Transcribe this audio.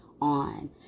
on